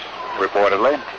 reportedly